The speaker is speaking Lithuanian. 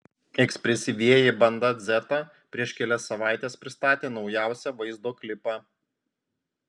ekspresyvieji banda dzeta prieš kelias savaites pristatė naujausią vaizdo klipą